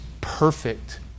perfect